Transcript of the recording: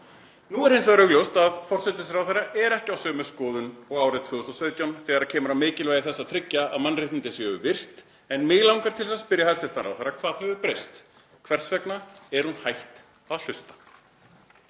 Nú er hins vegar augljóst að forsætisráðherra er ekki á sömu skoðun og árið 2017 þegar kemur að mikilvægi þess að tryggja að mannréttindi séu virt. En mig langar til að spyrja hæstv. ráðherra: Hvað hefur breyst? Hvers vegna er hún hætt að hlusta?